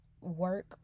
work